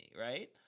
right